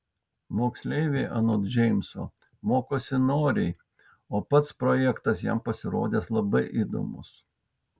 moksleiviai anot džeimso mokosi noriai o pats projektas jam pasirodęs labai įdomus